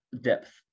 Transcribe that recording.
depth